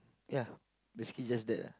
ya basically just that